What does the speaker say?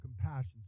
compassion